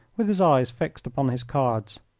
with his eyes fixed upon his cards.